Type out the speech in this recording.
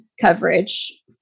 coverage